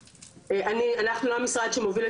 אבל אפשר בהחלט בלי קשר לצוות,